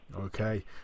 Okay